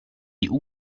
essere